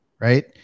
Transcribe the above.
Right